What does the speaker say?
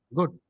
Good